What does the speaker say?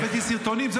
הבאתי סרטונים.